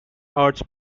arts